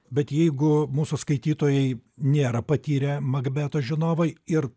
bet jeigu mūsų skaitytojai nėra patyrę makbeto žinovai ir